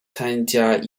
参加